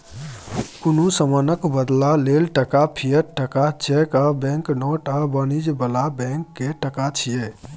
कुनु समानक बदला लेल टका, फिएट टका, चैक आ बैंक नोट आ वाणिज्य बला बैंक के टका छिये